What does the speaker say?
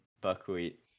Buckwheat